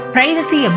Privacy